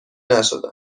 نشدم